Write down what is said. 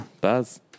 Buzz